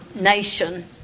nation